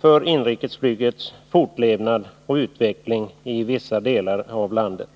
för inrikesflygets fortlevnad och utveckling i vissa delar av landet.